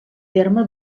terme